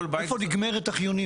איפה נגמרת החיוניות?